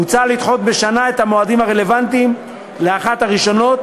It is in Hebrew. מוצע לדחות בשנה את המועדים הרלוונטיים להארכת הרישיונות